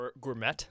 gourmet